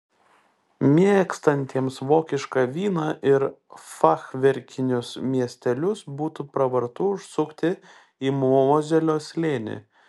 mėgstantiems vokišką vyną ir fachverkinius miestelius būtų pravartu užsukti į mozelio slėnį